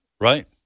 right